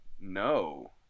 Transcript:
no